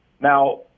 Now